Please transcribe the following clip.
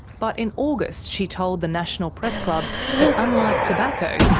but in august she told the national press club that unlike tobacco,